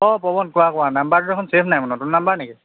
অ' পৱন কোৱা কোৱা নম্বৰটো দেখুন ছে'ভ নাই মোৰ নতুন নম্বৰ নেকি